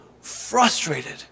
frustrated